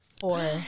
Four